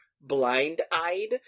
blind-eyed